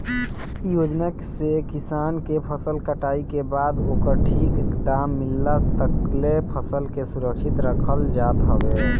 इ योजना से किसान के फसल कटाई के बाद ओकर ठीक दाम मिलला तकले फसल के सुरक्षित रखल जात हवे